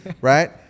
Right